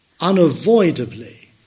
unavoidably